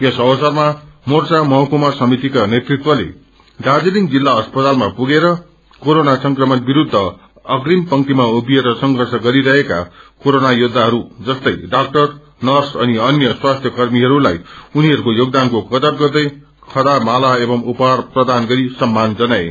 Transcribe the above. यस अवसरमा मोर्चा महकुमा समितिका नेतृत्वले दार्जीलिङ जिल्ला अस्पतालमा पुगेर कोरोना संक्रमण विरूद्ध अप्रिम पंक्तिमा उभिएर संघर्ष गरी रहेका कोरोना योद्धाहरू जस्तै डक्टर नर्स अनि अन्य स्वास्थि कर्मीहरूलाई उनीहरूको योगदानको कदर गर्दै खदा माला एवं उपहार प्रदान गरी सम्यान जनाए